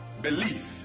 belief